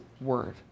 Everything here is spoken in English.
word